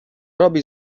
robi